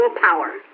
power